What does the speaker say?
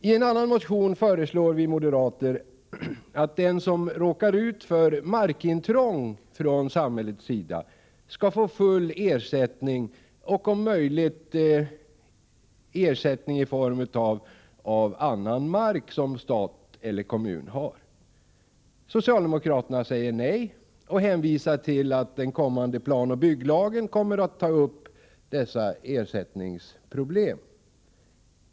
I en annan motion föreslår vi moderater att den som råkar ut för markintrång från samhällets sida skall få full ersättning, om möjligt ersättning i form av annan mark som stat eller kommun har. Socialdemokraterna säger nej och hänvisar till att den kommande planoch bygglagen kommer att ta upp dessa ersättningsproblem.